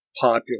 popular